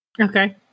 Okay